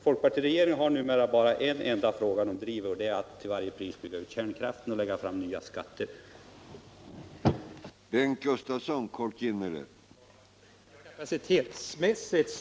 Folkpartiet driver numera bara en enda fråga, nämligen utbyggnad till varje pris av kärnkraften och nya skatter på det området.